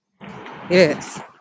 Yes